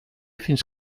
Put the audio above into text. fins